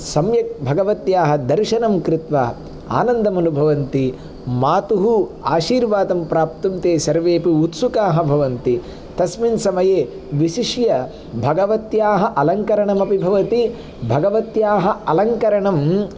सम्यक् भगवत्याः दर्शनं कृत्वा आनन्दम् अनुभवन्ति मातुः आशीर्वादं प्राप्तुं ते सर्वेऽपि उत्सुकाः भवन्ति तस्मिन् समये विशिष्य भगवत्याः अलङ्करणमपि भवति भगवत्याः अलङ्करणं